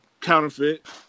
counterfeit